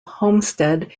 homestead